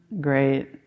great